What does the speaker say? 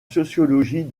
sociologie